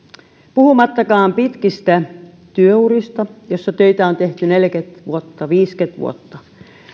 puhumattakaan pitkistä työurista joissa töitä on tehty neljäkymmentä vuotta viisikymmentä vuotta